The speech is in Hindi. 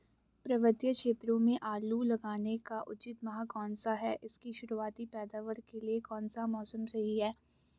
पर्वतीय क्षेत्रों में आलू लगाने का उचित माह कौन सा है इसकी शुरुआती पैदावार के लिए कौन सा मौसम सही है?